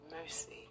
mercy